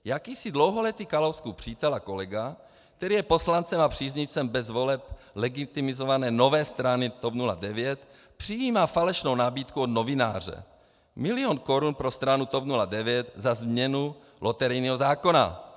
Jakýsi dlouholetý Kalouskův přítel a kolega, který je poslancem a příznivcem bez voleb legitimizované nové strany TOP 09, přijímá falešnou nabídku od novináře milion korun pro stranu TOP 09 za změnu loterijního zákona.